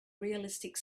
realistic